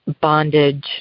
bondage